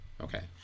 Okay